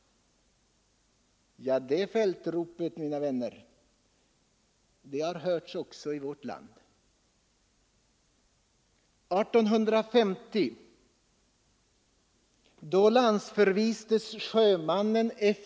Det fältropet, mina vänner, har hörts också i vårt land. 1850 landsförvistes sjömannen F.